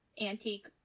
antique